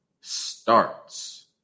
starts